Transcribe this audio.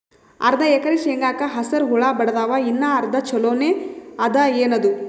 ಅರ್ಧ ಎಕರಿ ಶೇಂಗಾಕ ಹಸರ ಹುಳ ಬಡದಾವ, ಇನ್ನಾ ಅರ್ಧ ಛೊಲೋನೆ ಅದ, ಏನದು?